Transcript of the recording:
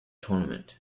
tournament